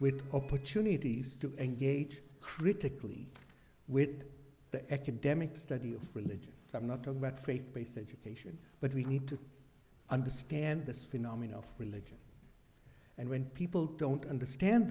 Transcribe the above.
with opportunities to engage critically with the economic study of religion i'm not talking about faith based education but we need to understand this phenomena of religion and when people don't understand